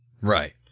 right